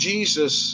Jesus